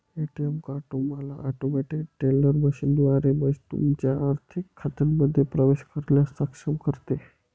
ATM card तुम्हाला automated teller मशीनद्वारे तुमच्या आर्थिक खात्यांमध्ये प्रवेश करण्यास सक्षम करते